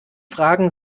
fragen